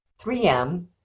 3M